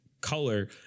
color